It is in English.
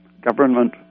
government